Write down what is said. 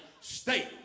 state